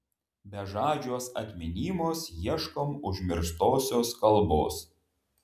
bežadžiuos atminimuos ieškom užmirštosios kalbos